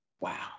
Wow